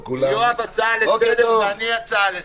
ליואב יש הצעה לסדר וגם לי יש הצעה לסדר.